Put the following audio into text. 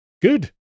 good